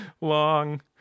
long